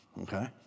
okay